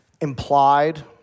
implied